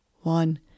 One